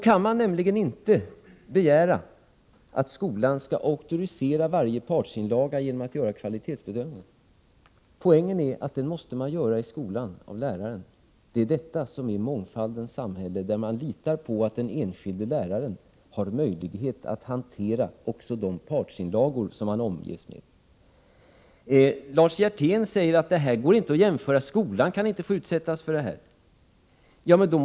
Man kan nämligen inte begära att skolan skall göra kvalitetsbedömningar av varje partsinlaga och auktorisera sådana. Poängen är att detta måste göras av den enskilde läraren i skolan. I mångfaldens samhälle litar man på att den enskilde läraren har möjlighet att hantera också de partsinlagor som han kommer i kontakt med. Lars Hjertén säger att skolan inte är jämförbar med samhället i övrigt och att skolan inte kan få utsättas för sådant här material.